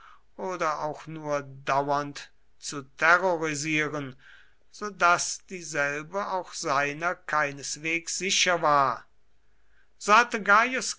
oder auch nur dauernd zu terrorisieren so daß dieselbe auch seiner keineswegs sicher war so hatte